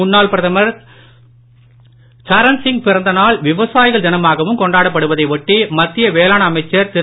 முன்னாள்பிரதமர்சரண்சிங்பிறந்த நாள்விவசாயிகள்தினமாகவும்கொண்டாடப்படுவதைஒட்டி மத்தியவேளாண்அமைச்சர்திரு